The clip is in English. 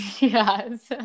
Yes